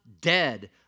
dead